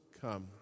come